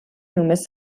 només